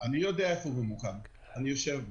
אני יודע איפה הוא ממוקם, אני יושב בו.